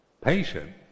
patient